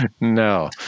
no